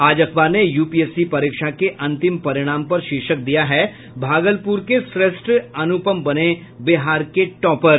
आज अखबार ने यूपीएससी परीक्षा के अंतिम परिणाम पर शीर्षक दिया है भागलपुर के श्रेष्ठ अनुपम बने बिहार के टॉपर